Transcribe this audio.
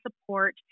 support